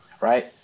Right